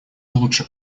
лучше